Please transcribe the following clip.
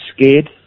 scared